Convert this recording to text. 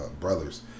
brothers